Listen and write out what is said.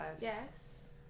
Yes